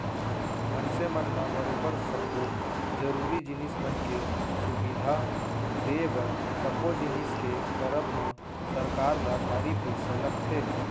मनसे मन ल बरोबर सब्बो जरुरी जिनिस मन के सुबिधा देय बर सब्बो जिनिस के करब म सरकार ल भारी पइसा लगथे